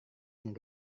yang